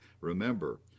Remember